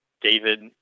David